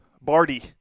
Barty